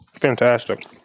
Fantastic